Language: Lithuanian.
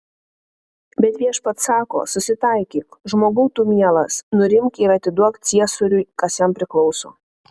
bet viešpats sako susitaikyk žmogau tu mielas nurimk ir atiduok ciesoriui kas jam priklauso